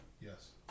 Yes